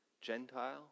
Gentile